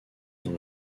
dans